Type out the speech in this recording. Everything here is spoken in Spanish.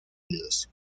julius